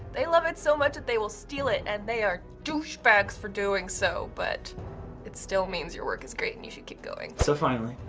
they love it so much that they will steal it and they are douche bags for doing so, but it still means your work is great and you should keep going. so finally,